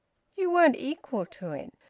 you weren't equal to it.